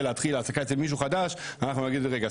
להתחיל העסקה אצל מישהו חדש אנחנו נגיד לו רגע,